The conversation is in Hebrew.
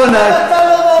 לפני.